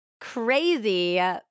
crazy